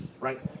right